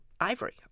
ivory